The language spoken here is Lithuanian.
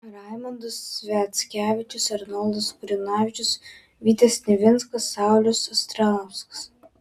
raimondas sviackevičius arnoldas gurinavičius vytis nivinskas saulius astrauskas